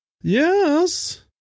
Yes